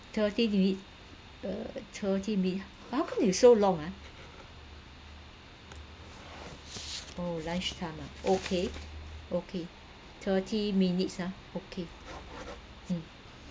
thirty minute err thirty minute how come you so long ah oh lunchtime ah okay okay thirty minutes ah okay mm